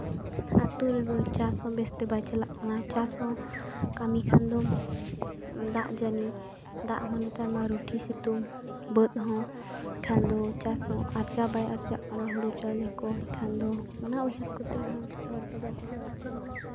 ᱟᱛᱳ ᱨᱮᱫᱚ ᱪᱟᱥ ᱦᱚᱸ ᱵᱮᱥ ᱛᱮ ᱵᱟᱭ ᱪᱟᱞᱟᱜ ᱠᱟᱱᱟ ᱪᱟᱥ ᱦᱚᱸ ᱠᱟᱹᱢᱤ ᱠᱷᱟᱱ ᱫᱚᱢ ᱫᱟᱜ ᱡᱟᱹᱱᱤ ᱫᱟᱜ ᱢᱟ ᱱᱮᱛᱟᱨ ᱫᱚ ᱨᱩᱴᱤ ᱥᱤᱛᱩᱝ ᱵᱟᱹᱫᱽ ᱦᱚᱸ ᱠᱷᱟᱱ ᱫᱚ ᱪᱟᱥ ᱦᱚᱸ ᱟᱨᱡᱟᱣ ᱵᱟᱭ ᱟᱨᱡᱟᱜ ᱠᱟᱱᱟ ᱦᱳᱲᱳ ᱪᱟᱣᱞᱮ ᱠᱚ ᱮᱱᱠᱷᱟᱱ ᱫᱚ ᱚᱱᱟ ᱩᱭᱦᱟᱹᱨ ᱠᱚᱛᱮ ᱦᱚᱸ ᱥᱚᱦᱚᱨ ᱵᱟᱡᱟᱨ ᱠᱚ ᱪᱟᱞᱟᱜ ᱠᱟᱱᱟ